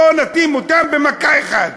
בואו נתאים אותם במכה אחת,